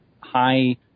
high